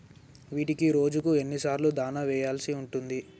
వీటికి రోజుకు ఎన్ని సార్లు దాణా వెయ్యాల్సి ఉంటది?